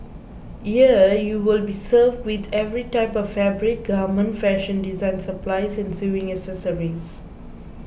here you will be served with every type of fabric garment fashion design supplies and sewing accessories